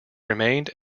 remained